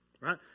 Right